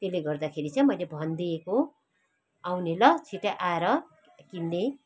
त्यसले गर्दाखेरि चाहिँ मैले भनिदिएको आउने ल छिट्टै आएर किन्ने